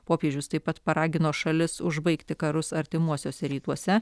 popiežius taip pat paragino šalis užbaigti karus artimuosiuose rytuose